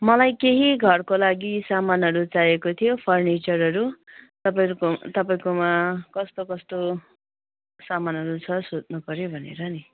मलाई केही घरको लागि सामानहरू चाहिएको थियो फर्निचरहरू तपाईँहरूको तपाईँकोमा कस्तो कस्तो सामानहरू छ सोध्नुपऱ्यो भनेर नि